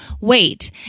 wait